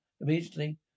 immediately